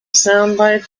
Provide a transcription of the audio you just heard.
soundbite